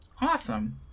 awesome